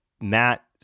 Matt